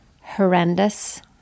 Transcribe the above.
horrendous